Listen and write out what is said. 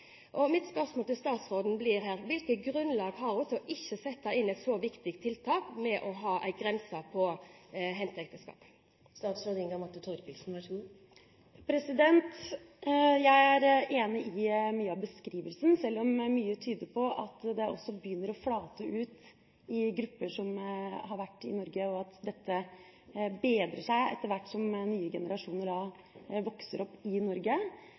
Mitt spørsmål til statsråden blir: Hvilke grunner har hun for ikke å sette inn et så viktig tiltak som å ha en grense på henteekteskap? Jeg er enig i mye av beskrivelsen, sjøl om mye tyder på at det begynner å flate ut i grupper som har vært i Norge, og at dette bedrer seg etter hvert som nye generasjoner vokser opp i Norge,